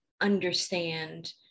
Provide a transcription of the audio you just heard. understand